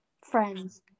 Friends